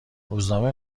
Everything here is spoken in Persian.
روزنامه